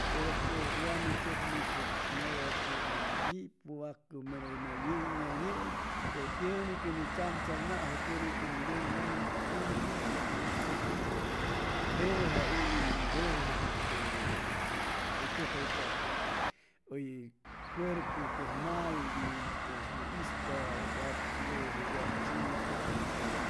Pero pʉj wa ni tzʉcmusʉ mero que ni nipʉwacʉna mero na yei na yei pero tiene que mi chamchamnajʉ tiene que ni nʉmjayʉ que uwii uwii hʉy tzʉcʉ tep te jeja huy jejwʉ tep te hʉy tzʉcjaypapʉ hʉy cuarpu pues mal pue ni ispa wat wʉjʉ wʉtsucʉ